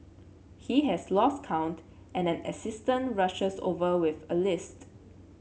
he has lost count and an assistant rushes over with a list